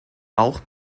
auch